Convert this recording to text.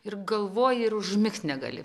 ir galvoji ir užmigt negali